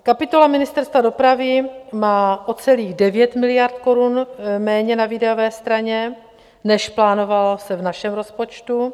Kapitola Ministerstva dopravy má o celých 9 miliard korun méně na výdajové straně, než se plánovalo v našem rozpočtu.